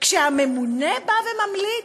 כשהממונה ממליץ,